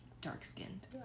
dark-skinned